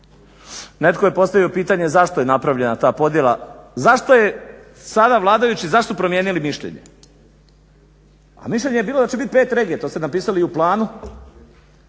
netko je postavio pitanje zašto je napravljena ta podjela, zašto su sada vladajući promijenili mišljenje, pa mišljenje je bilo da će biti pet regija, to ste napisali u planu,